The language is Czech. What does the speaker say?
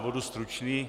Budu stručný.